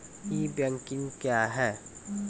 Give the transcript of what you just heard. ई banking क्या हैं?